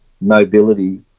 mobility